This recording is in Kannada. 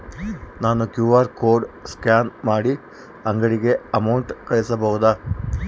ನಾನು ಕ್ಯೂ.ಆರ್ ಕೋಡ್ ಸ್ಕ್ಯಾನ್ ಮಾಡಿ ಅಂಗಡಿಗೆ ಅಮೌಂಟ್ ಕಳಿಸಬಹುದಾ?